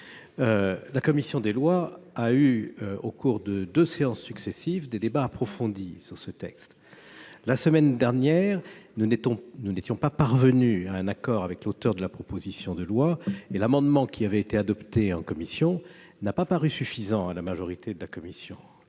La commission des lois a eu, au cours de deux séances successives, des débats approfondis sur ce texte. La semaine dernière, nous n'étions pas parvenus à un accord avec l'auteur de la proposition de loi, l'amendement qui avait été adopté en commission n'ayant pas paru suffisant à la majorité des membres